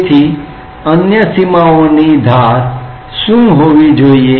તેથી અન્ય સીમાઓ ની ધાર શું હોવી જોઈએ